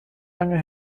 lange